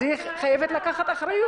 אז היא חייבת לקחת אחריות.